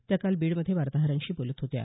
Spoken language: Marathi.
त्या काल बीडमध्ये वार्ताहरांशी बोलत होत्या